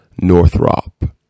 Northrop